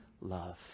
love